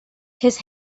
his